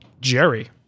Jerry